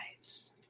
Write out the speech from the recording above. lives